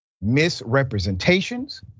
misrepresentations